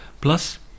plus